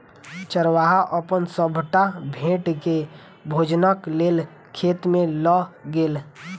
चरवाहा अपन सभटा भेड़ के भोजनक लेल खेत में लअ गेल